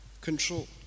control